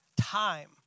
Time